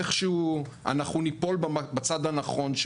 אנחנו איכשהו ניפול בצד הנכון,